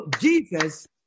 jesus